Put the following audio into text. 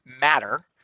matter